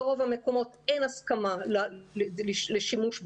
ברוב המקומות אין הסכמה לשימוש באינטרנט.